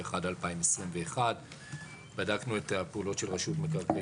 בערך עד 2021. בדקנו את הפעולות של רשות מקרקעי